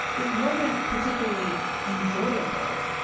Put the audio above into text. it wasn't particularly enjoyable,